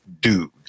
dude